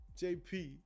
JP